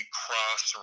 cross